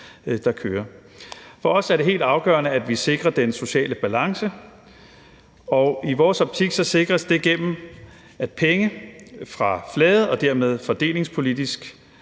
For os er det helt afgørende, at vi sikrer den sociale balance, og i vores optik sikres det gennem, at penge fra flade og dermed fordelingspolitisk